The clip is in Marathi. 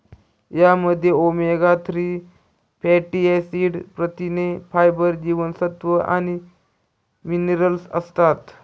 यामध्ये ओमेगा थ्री फॅटी ऍसिड, प्रथिने, फायबर, जीवनसत्व आणि मिनरल्स असतात